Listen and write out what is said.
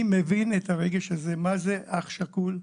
אני מבין את הרגש הזה מה זה להיות אח שכול,